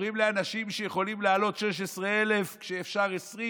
אומרים לאנשים שיכולים לעלות 16,000 כשאפשר 20,000,